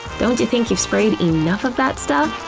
don't you think you've sprayed enough of that stuff?